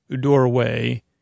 doorway